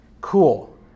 cool